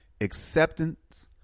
acceptance